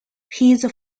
his